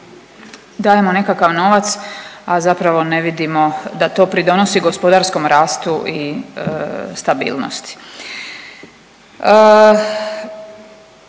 dajemo nekakav novac, a zapravo ne vidimo da to pridonosi gospodarskom rastu i stabilnosti.